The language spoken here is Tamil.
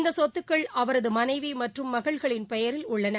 இந்தசொத்துக்கள் அவரதுமனைவிமற்றும் மகள்களின் பெயரில் உள்ளன